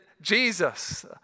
Jesus